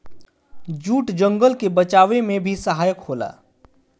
jute जंगल के बचावे में भी सहायक होला